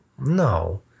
No